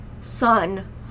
son